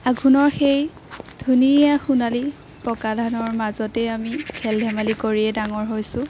আঘোণৰ সেই ধুনীয়া সোণালী পকা ধানৰ মাজতেই আমি খেল ধেমালি কৰিয়েই ডাঙৰ হৈছোঁ